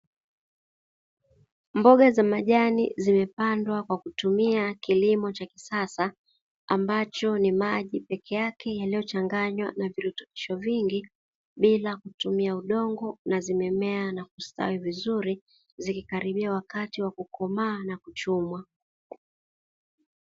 Mboga za majani zimepandwa kwa kutumia kilimo cha kisasa ambacho ni maji pekee yake kuchanganywa na virutubisho vingi bila kutumia udongo na zimemea na kustawi vizuri zikikaribia wakati wa kukomaa na kuchumwa.